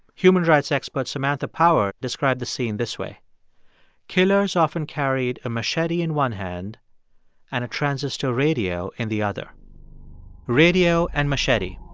human rights expert samantha power described the scene this way killers often carried a machete in one hand and a transistor radio in the other radio and machete.